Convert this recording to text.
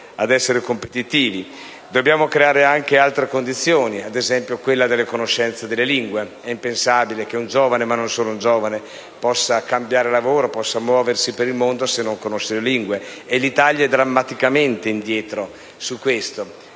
ad essere competitivi. Dobbiamo creare anche altre condizioni, ad esempio aumentare la conoscenza delle lingue. È impensabile che un giovane, ma non solo, possa cambiare lavoro o muoversi per il mondo se non conosce le lingue. E l'Italia è drammaticamente indietro da questo